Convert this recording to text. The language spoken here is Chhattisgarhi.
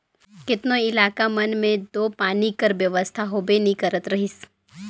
केतनो इलाका मन मे दो पानी कर बेवस्था होबे नी करत रहिस